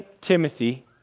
Timothy